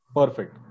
perfect